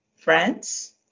France